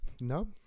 No